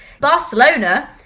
Barcelona